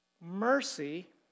mercy